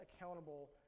accountable